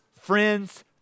friends